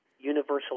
universal